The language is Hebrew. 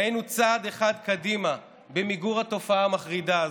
והיינו צעד אחד קדימה במיגור התופעה המחרידה הזאת.